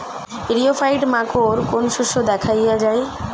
ইরিও ফাইট মাকোর কোন শস্য দেখাইয়া যায়?